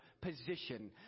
position